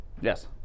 Yes